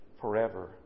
forever